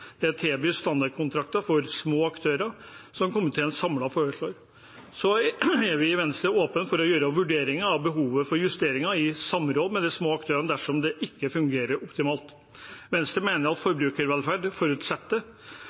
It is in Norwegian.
standardkontrakter for små aktører, som komiteen samlet foreslår. Så er vi i Venstre åpne for å gjøre vurderinger av behovet for justeringer i samråd med de små aktørene dersom det ikke fungerer optimalt. Venstre mener at forbrukervelferd forutsetter